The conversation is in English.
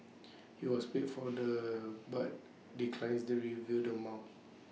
he was paid for the but declines to reveal the amount